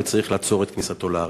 וצריך לעצור את כניסתו לארץ.